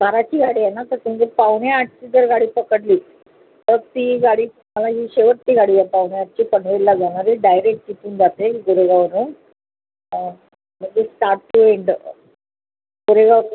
बाराची गाडी आहे ना तर तुम्ही पावणे आठची जर गाडी पकडली तर ती गाडी ही शेवटची गाडी आहे पावणे आठची पनवेलला जाणारी डायरेक तिथून जाते गोरेगाववरून म्हणजे स्टार्ट टू एंड गोरेगाव